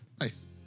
Nice